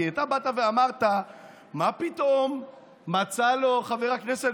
כי אתה באת ואמרת: מה פתאום מצא לו חבר הכנסת